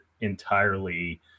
entirely